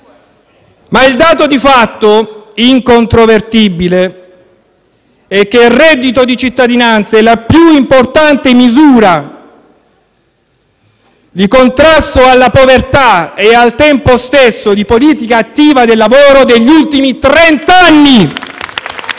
Ma il dato di fatto incontrovertibile è che il reddito di cittadinanza è la più importante misura di contrasto alla povertà e al tempo stesso di politica attiva del lavoro degli ultimi trenta anni.